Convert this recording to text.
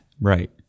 right